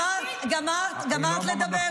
יש פריימריז?